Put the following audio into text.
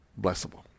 blessable